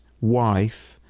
wife